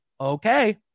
okay